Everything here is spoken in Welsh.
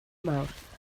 mawrth